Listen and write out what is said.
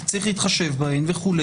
יש להתחשב בהן וכו'.